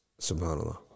Subhanallah